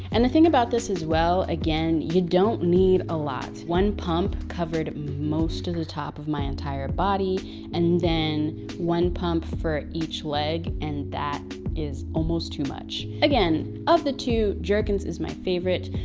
and the thing about this as well, again, you don't need a lot. one pump covered most of the top of my entire body and then one pump for each leg and that is almost too much. again, of the two, jergens is my favorite.